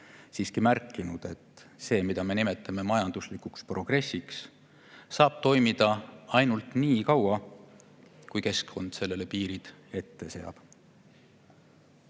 siiski märkinud, et see, mida me nimetame majanduslikuks progressiks, saab toimida ainult niikaua, kuni keskkond sellele piirid ette seab.